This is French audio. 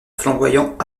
flamboyant